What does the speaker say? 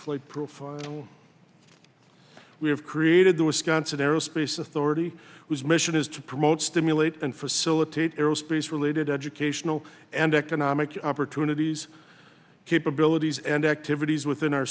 flight profile we have created the wisconsin aerospace authority whose mission is to promote stimulate and facilitate aerospace related educational and economic opportunities capabilities and activities within our